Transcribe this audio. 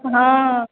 हाँ